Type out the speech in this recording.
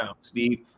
Steve